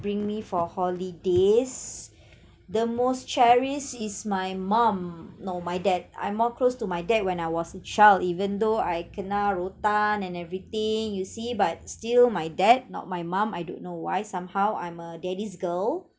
bring me for holidays the most cherished is my mum no my dad I'm more close to my dad when I was a child even though I kena rotan and everything you see but still my dad not my mum I don't know why somehow I'm a daddy's girl